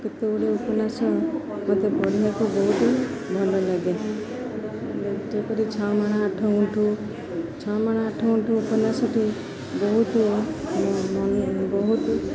କେତେ ଗୁଡ଼ିଏ ଉପନ୍ୟାସ ମୋତେ ପଢ଼ିବାକୁ ବହୁତ ଭଲ ଲାଗେ ଯେପରି ଛଅ ମାଣ ଆଠ ଗୁଣ୍ଠ ଛଅ ମାଣ ଆଠ ଗୁଣ୍ଠ ଉପନ୍ୟାସଟି ବହୁତ ବହୁତ